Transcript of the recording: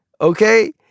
Okay